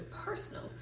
personal